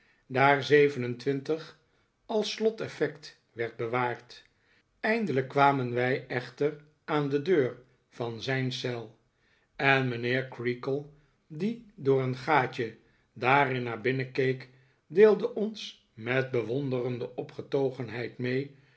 daar zeven en twintig als sloteffect werd bewaard eindelijk kwamen wij echter aan de deur van zijn eel en mijnheer creakle die door een gaatje daarin naar binnen keek deelde ons met bewonderende opgetogenheid mee